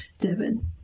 Devin